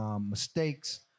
mistakes